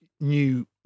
new